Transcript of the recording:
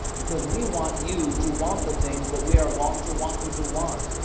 because we want you to want the things that we are want to want you to want.